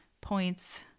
points